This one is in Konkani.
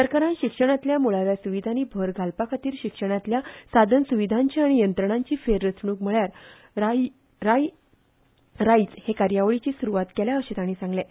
सरकारान शिक्षणांतल्या मुळाव्या सुविधांनी भर घालपा खातीर शिक्षणातल्या साधनसुवीधांची आनी यंत्रणांची फेररचणूक म्हळ्यार राय्ज हे कार्यावळीची सुरवात केल्या अशें तांणी सांगलें